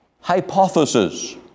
hypothesis